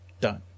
done